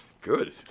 good